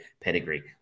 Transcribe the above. pedigree